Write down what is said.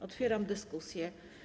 Otwieram dyskusję.